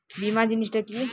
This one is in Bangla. বীমা জিনিস টা কি?